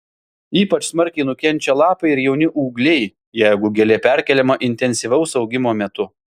ypač smarkiai nukenčia lapai ir jauni ūgliai jeigu gėlė perkeliama intensyvaus augimo metu